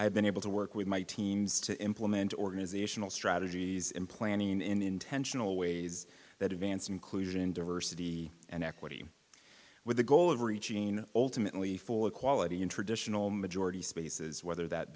have been able to work with my teams to implement organizational strategies in planning and intentional ways that advance inclusion in diversity and equity with the goal of reaching ultimately full equality in traditional majority spaces whether that